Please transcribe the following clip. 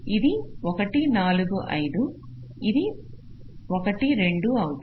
ఇది 1 4 5 ఇది 1 2అవుతుంది